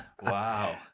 Wow